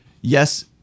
yes